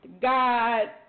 God